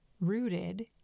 rooted